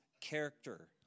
character